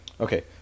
Okay